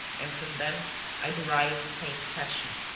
and from them i derived the same passion.